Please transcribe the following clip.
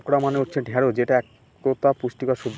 okra মানে হচ্ছে ঢ্যাঁড়স যেটা একতা পুষ্টিকর সবজি